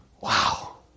Wow